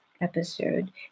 episode